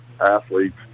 athletes